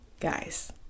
Guys